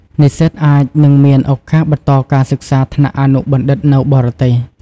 និស្សិតអាចនឹងមានឱកាសបន្តការសិក្សាថ្នាក់អនុបណ្ឌិតនៅបរទេស។